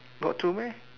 got to meh